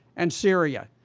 and syria.